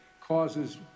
causes